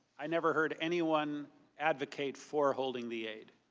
i never heard anyone advocate for holding the aide.